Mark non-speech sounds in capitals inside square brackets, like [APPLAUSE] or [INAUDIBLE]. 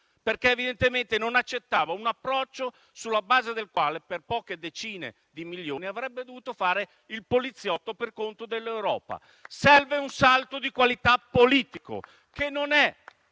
perché evidentemente non accettava un approccio sulla base del quale, per poche decine di milioni, avrebbe dovuto fare il poliziotto per conto dell'Europa. [APPLAUSE] Serve un salto di qualità politico, che non è